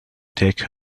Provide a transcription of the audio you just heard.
take